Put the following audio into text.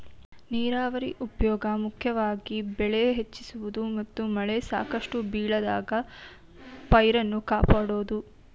ನೀರಾವರಿ ಉಪ್ಯೋಗ ಮುಖ್ಯವಾಗಿ ಬೆಳೆ ಹೆಚ್ಚಿಸುವುದು ಮತ್ತು ಮಳೆ ಸಾಕಷ್ಟು ಬೀಳದಾಗ ಪೈರನ್ನು ಕಾಪಾಡೋದು